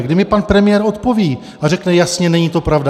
Kdy mi pan premiér odpoví a řekne jasně: Není to pravda?